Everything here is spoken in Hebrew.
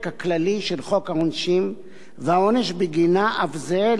והעונש בגינה אף זהה לעונש המוצע בהצעת החוק שבנדון.